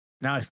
now